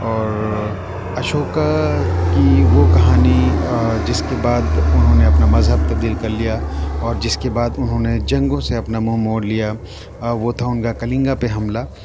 اور اشوکا کی وہ کہانی جس کے بعد اُنہوں نے اپنا مذہب تبدیل کر لیا اور جس کے بعد انہوں نے جنگوں سے اپنا منہ موڑ لیا وہ تھا ان کا کلنگا پہ حملہ